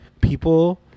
people